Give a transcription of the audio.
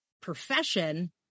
profession